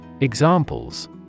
Examples